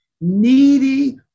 needy